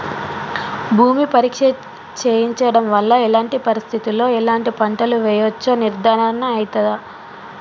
భూమి పరీక్ష చేయించడం వల్ల ఎలాంటి పరిస్థితిలో ఎలాంటి పంటలు వేయచ్చో నిర్ధారణ అయితదా?